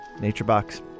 Naturebox